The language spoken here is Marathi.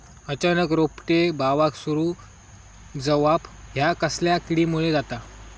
अचानक रोपटे बावाक सुरू जवाप हया कसल्या किडीमुळे जाता?